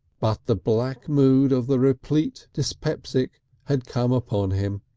but the black mood of the replete dyspeptic had come upon him.